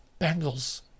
Bengals